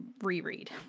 reread